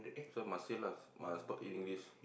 so must say lah must talk in English